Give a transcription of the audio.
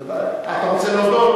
אתה רוצה להודות?